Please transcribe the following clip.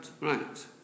right